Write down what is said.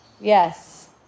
yes